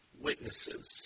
witnesses